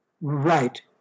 Right